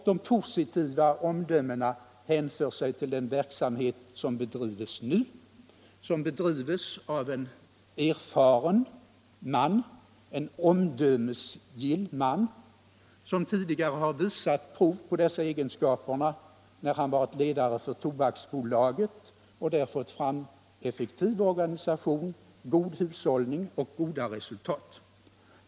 De positiva omdömena hänför sig till den verksamhet som bedrivs nu av en erfaren och omdömesgill man. som tidigare har visat prov på dessa egenskaper när han varit ledare för Tobaksbolaget och där fått fram effektiv organisation, god hushållning och goda resultat. "